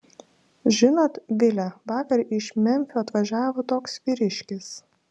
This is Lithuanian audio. žinot vile vakar iš memfio atvažiavo toks vyriškis